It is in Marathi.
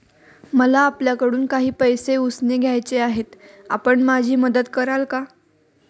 मला आपल्याकडून काही पैसे उसने घ्यायचे आहेत, आपण माझी मदत कराल का?